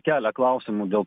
kelia klausimų dėl